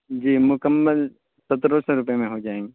جی مکمل سترہ سو روپئے میں ہو جائیں گے